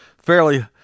fairly